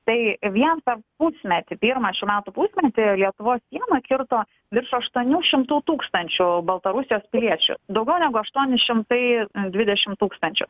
tai vien per pusmetį pirmą šių metų pusmetį lietuvos sieną kirto virš aštuonių šimtų tūkstančių baltarusijos piliečių daugiau negu aštuoni šimtai dvidešimt tūkstančių